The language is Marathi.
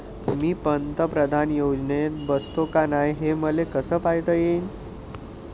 मी पंतप्रधान योजनेत बसतो का नाय, हे मले कस पायता येईन?